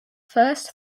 first